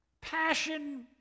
passion